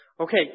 Okay